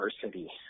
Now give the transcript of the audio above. diversity